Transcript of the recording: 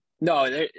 no